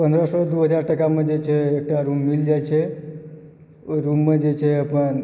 पन्द्रह सए दू हजार टकामे जे छै एकटा रूम मिल जाइत छै ओ रूममे जे छै अपन